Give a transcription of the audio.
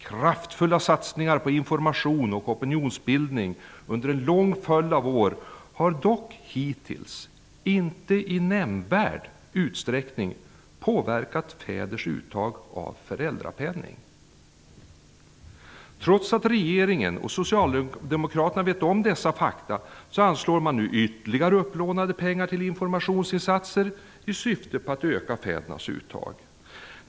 Kraftfulla satsningar på information och opinionsbildning under en lång följd av år har dock hittills inte i någon nämnvärd utsträckning påverkat fäders uttag av föräldrapenning. Trots att regeringen och Socialdemokraterna känner till dessa fakta, anslår man nu ytterligare upplånade pengar till informationsinsatser i syfte att öka fädernas uttag av föräldrapenning.